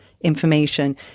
information